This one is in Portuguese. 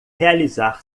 realizar